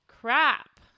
Crap